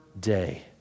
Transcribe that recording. day